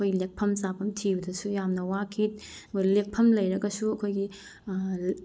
ꯑꯩꯈꯣꯏ ꯂꯦꯛꯐꯝ ꯆꯥꯐꯝ ꯊꯤꯕꯗꯁꯨ ꯌꯥꯝꯅ ꯋꯥꯈꯤ ꯑꯩꯈꯣꯏ ꯂꯦꯛꯐꯝ ꯂꯩꯔꯒꯁꯨ ꯑꯩꯈꯣꯏꯒꯤ